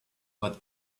but